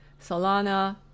Solana